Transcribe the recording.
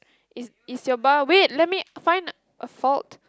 is is your bar wait let me find a fault